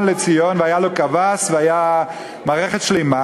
לציון והיה לו קאוואס והייתה מערכת שלמה,